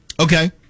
Okay